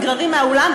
נגררים מהאולם,